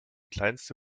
kleinste